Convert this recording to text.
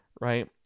right